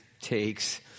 takes